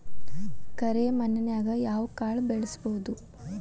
ಕರೆ ಮಣ್ಣನ್ಯಾಗ್ ಯಾವ ಕಾಳ ಬೆಳ್ಸಬೋದು?